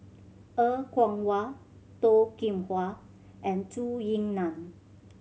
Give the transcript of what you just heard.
Er Kwong Wah Toh Kim Hwa and Zhou Ying Nan